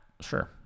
Sure